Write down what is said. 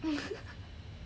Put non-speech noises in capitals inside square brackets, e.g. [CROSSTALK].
[LAUGHS]